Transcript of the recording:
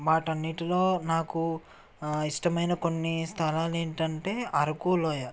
వాటన్నిటిలో నాకు ఇష్టమైన కొన్ని స్థలాలు ఏంటంటే అరకు లోయ